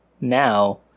now